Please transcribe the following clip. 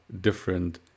different